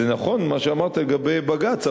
נכון מה שאמרת לגבי בג"ץ,